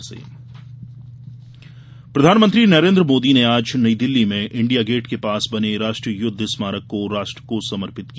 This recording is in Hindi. राष्ट्रीय युद्ध स्मारक प्रधानमंत्री नरेन्द्र मोदी ने आज नई दिल्ली में इंडिया गेट के पास बने राष्ट्रीय युद्ध स्मारक राष्ट्र को समर्पित किया